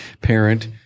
parent